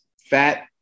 Fat